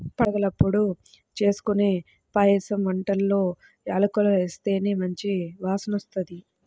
పండగలప్పుడు జేస్కొనే పాయసం వంటల్లో యాలుక్కాయాలేస్తే మంచి వాసనొత్తది